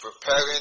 preparing